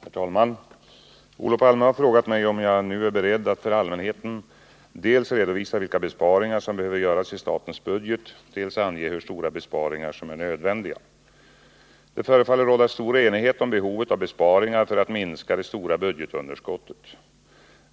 Herr talman! Olof Palme har frågat mig om jag nu är beredd att för allmänheten dels redovisa vilka besparingar som behöver göras i statens budget, dels ange hur stora besparingar som är nödvändiga. Det förefaller råda stor enighet om behovet av besparingar för att minska det stora budgetunderskottet.